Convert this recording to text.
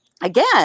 again